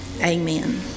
Amen